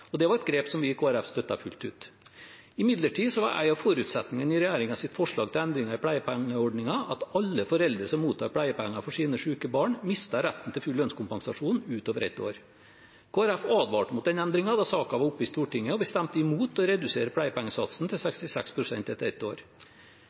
Det var et grep som vi i Kristelig Folkeparti støttet fullt ut. Imidlertid var en av forutsetningene i regjeringens forslag til endring av pleiepengeordningen at alle foreldre som mottar pleiepenger for sine syke barn, mister retten til full lønnskompensasjon utover et år. Kristelig Folkeparti advarte mot den endringen da saken var oppe i Stortinget, og vi stemte imot å redusere pleiepengesatsen til